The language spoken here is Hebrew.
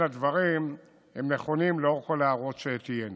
הדברים נכונים לאור כל ההערות שתהיינה.